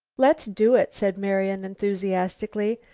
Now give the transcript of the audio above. let's do it, said marian enthusiastically.